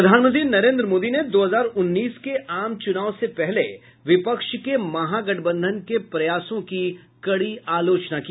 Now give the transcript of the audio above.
प्रधानमंत्री नरेंद्र मोदी ने दो हजार उन्नीस के आम चुनाव से पहले विपक्ष के महा गठबंधन के प्रयासों की कड़ी आलोचना की